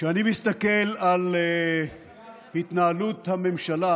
כשאני מסתכל על התנהלות הממשלה